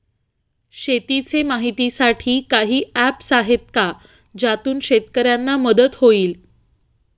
शेतीचे माहितीसाठी काही ऍप्स आहेत का ज्यातून शेतकऱ्यांना मदत होईल?